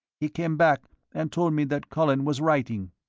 he came back and told me that colin was writing.